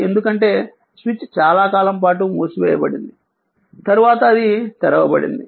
ఇది ఎందుకంటే స్విచ్ చాలా కాలం నుండి మూసివేయబడింది తరువాత అది తెరవబడింది